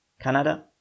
Canada